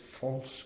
false